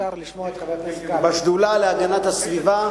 ובשדולה להגנת הסביבה,